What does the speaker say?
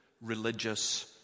religious